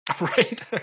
Right